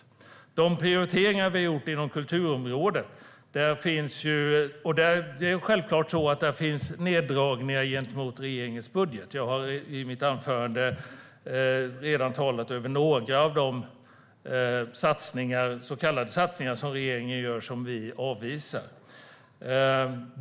Vi har gjort prioriteringar inom kulturområdet. Det finns självklart neddragningar gentemot regeringens budget. Jag har i mitt anförande redan talat om några av de så kallade satsningar som regeringen gör som vi avvisar.